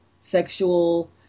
sexual